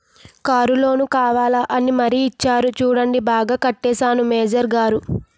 Car loan కావాలా అని మరీ ఇచ్చేరు చూడండి బాగా కట్టేశానా మేనేజరు గారూ?